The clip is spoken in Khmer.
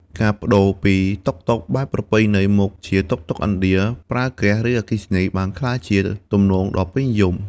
ការប្តូរពីតុកតុកបែបប្រពៃណីមកជាតុកតុកឥណ្ឌាប្រើហ្គាស ឬអគ្គិសនី បានក្លាយជាទំនោរដ៏ពេញនិយម។